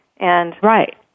Right